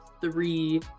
three